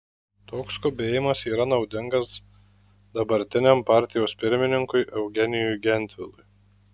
toks skubėjimas yra naudingas dabartiniam partijos pirmininkui eugenijui gentvilui